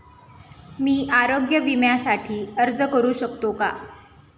मी आरोग्य विम्यासाठी अर्ज करू शकतो का?